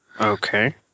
okay